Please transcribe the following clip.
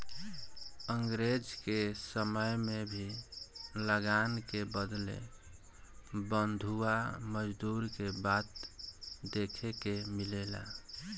अंग्रेज के समय में भी लगान के बदले बंधुआ मजदूरी के बात देखे के मिलेला